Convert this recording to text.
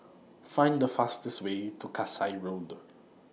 Find The fastest Way to Kasai Road